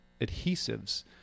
adhesives